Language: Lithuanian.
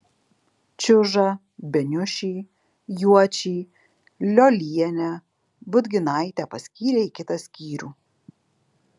čiužą beniušį juočį liolienę budginaitę paskyrė į kitą skyrių